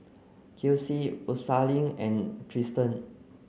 Kelsie Rosalyn and Triston